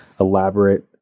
elaborate